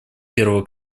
первого